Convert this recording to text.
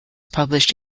published